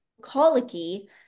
colicky